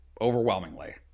overwhelmingly